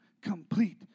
complete